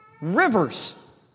Rivers